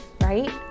right